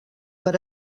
per